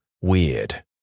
Weird